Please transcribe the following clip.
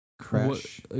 crash